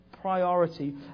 priority